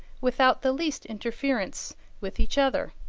without the least interference with each other.